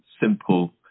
simple